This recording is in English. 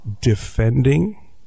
defending